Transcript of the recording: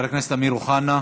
חבר הכנסת אמיר אוחנה,